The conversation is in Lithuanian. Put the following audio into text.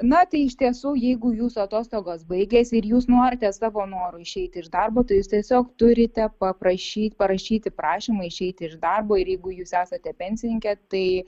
na tai iš tiesų jeigu jūsų atostogos baigėsi ir jūs norite savo noru išeiti iš darbo tai jūs tiesiog turite paprašyt parašyti prašymą išeiti iš darbo ir jeigu jūs esate pensininkė tai